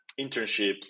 internships